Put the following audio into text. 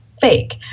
fake